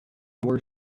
were